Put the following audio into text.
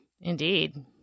Indeed